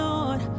Lord